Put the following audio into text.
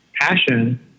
passion